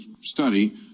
study